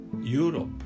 Europe